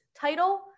title